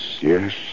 Yes